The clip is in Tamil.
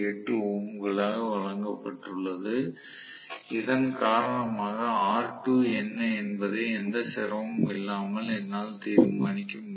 8 ஓம்களாக வழங்கப்பட்டுள்ளது இதன் காரணமாக R2 என்ன என்பதை எந்த சிரமமும் இல்லாமல் என்னால் தீர்மானிக்க முடியும்